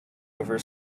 over